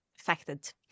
affected